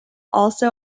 also